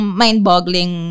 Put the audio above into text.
mind-boggling